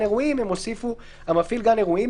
אירועים והוסיפו: "המפעיל גן אירועים,